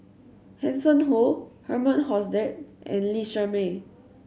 Hanson Ho Herman Hochstadt and Lee Shermay